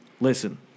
Listen